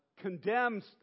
condemns